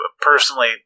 personally